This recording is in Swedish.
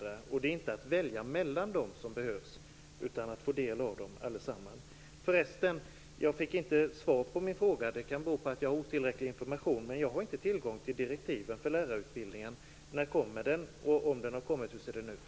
Det som behövs är inte en möjlighet att välja mellan dem, utan att få del av dem allihop. Förresten fick jag inte svar på min fråga. Det kan bero på att jag har otillräcklig information. Men jag har inte tillgång till direktiven för utredningen om lärarutbildningen. När kommer de, och, om de har kommit, hur ser de ut?